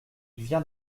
vient